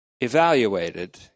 evaluated